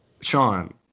Sean